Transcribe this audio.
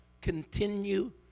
continue